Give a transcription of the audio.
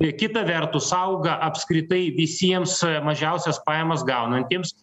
ir kita vertus auga apskritai visiems mažiausias pajamas gaunantiems